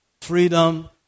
freedom